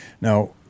Now